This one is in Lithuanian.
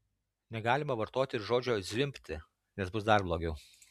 negalima vartoti ir žodžio zvimbti nes bus dar blogiau